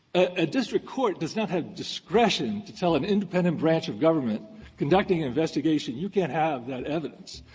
a district court does not have discretion to tell an independent branch of government conducting an investigation, you can't have that evidence.